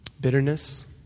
Bitterness